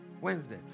Wednesday